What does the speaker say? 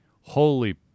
holy